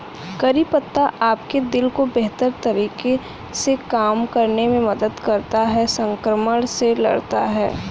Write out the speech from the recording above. करी पत्ता आपके दिल को बेहतर तरीके से काम करने में मदद करता है, संक्रमण से लड़ता है